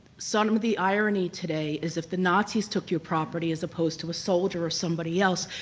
some of the irony today is if the nazis took your property as opposed to a soldier or somebody else,